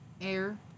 air